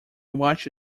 watch